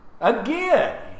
Again